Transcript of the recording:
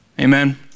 Amen